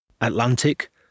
Atlantic